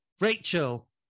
Rachel